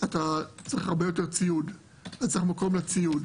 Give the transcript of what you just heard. אתה צריך הרבה יותר ציוד, אתה צריך מקום לציוד.